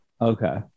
Okay